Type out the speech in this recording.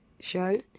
show